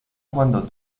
cuando